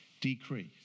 decrease